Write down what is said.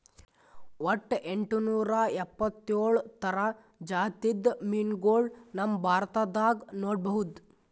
ವಟ್ಟ್ ಎಂಟನೂರಾ ಎಪ್ಪತ್ತೋಳ್ ಥರ ಜಾತಿದ್ ಮೀನ್ಗೊಳ್ ನಮ್ ಭಾರತದಾಗ್ ನೋಡ್ಬಹುದ್